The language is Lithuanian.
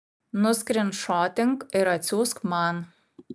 nuskrynšotink ir atsiųsk man